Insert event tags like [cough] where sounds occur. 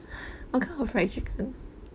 [breath] what kind of fried chicken